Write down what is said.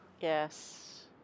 yes